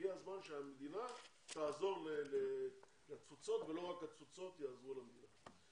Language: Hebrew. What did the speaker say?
הגיע הזמן שהמדינה תעזור לתפוצות ולא רק התפוצות יעזרו למדינה.